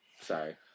Sorry